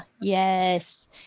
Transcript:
yes